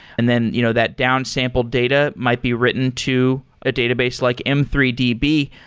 and then you know that downsampled data might be written to a database like m three d b,